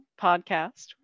podcast